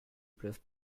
pleuve